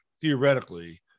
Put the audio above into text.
theoretically